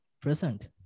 present